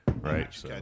Right